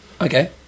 Okay